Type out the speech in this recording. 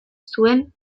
zuen